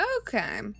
Okay